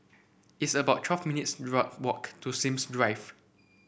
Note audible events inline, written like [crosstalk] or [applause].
it's about twelve minutes [unintelligible] walk to Sims Drive